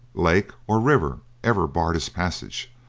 lake, or river ever barred his passage.